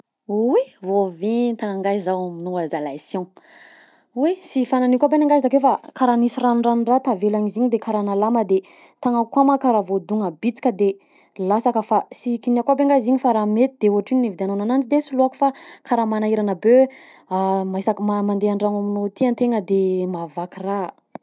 Oy! _x000D_ Voa vinta angahy zaho aminao ah zalah i siao, hoy: sy fanahiniko aby any angahy izy akeo fa karaha nisy ranoranon-draha tavelan'izy igny karaha nalama de tagnako koa ma karaha voadogna bisika de lasaka, fa sy kinihako aby nga izy igny fa raha mety de hoatrino nividiagnanao ananjy de soloako fa karaha manahirana be ma- isaka mandeha an-dragno amin'olo aty antegna de mahavaky raha.